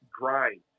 grind